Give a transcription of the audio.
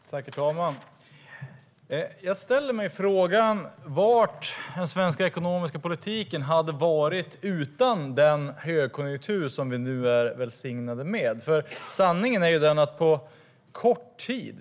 Herr talman! Jag ställer mig frågan var den svenska politiken hade varit utan den högkonjunktur som vi nu är välsignade med.